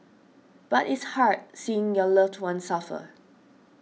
but it's hard seeing your loved one suffer